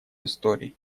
историй